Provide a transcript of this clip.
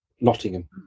Nottingham